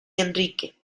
enrique